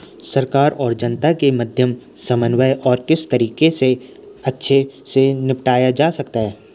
सरकार और जनता के मध्य समन्वय को किस तरीके से अच्छे से निपटाया जा सकता है?